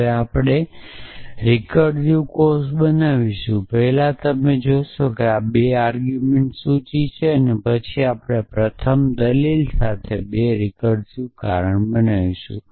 હવે આપણે recursive cause બનાવીશું પહેલા તમે જોશો કે આ 2 આર્ગુમેંટ સૂચિ છે પછી આપણે પ્રથમ દલીલ સાથે 2 રિકર્સીવ કારણ બનાવીશું